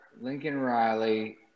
Lincoln-Riley –